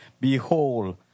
Behold